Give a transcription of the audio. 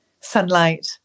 Sunlight